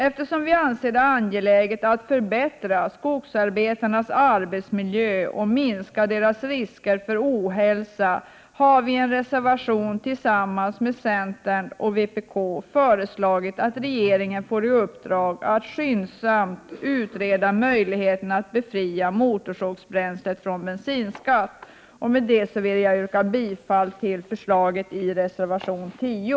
Eftersom vi anser att det är angeläget att förbättra skogsarbetarnas arbetsmiljö och minska deras risker för ohälsa, har vi i en reservation tillsammans med centern och vpk föreslagit att regeringen får i uppdrag att skyndsamt utreda möjligheterna att befria motorsågsbränsle från bensinskatt. Herr talman! Med det sagda yrkar jag bifall till förslaget i reservation 10.